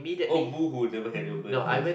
oh boo hoo never had your breakfast